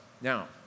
Now